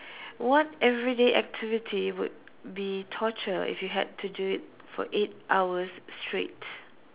what everyday activity would be torture if you had to do it for eight hours straight